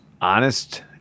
honest